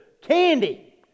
candy